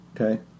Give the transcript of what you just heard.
Okay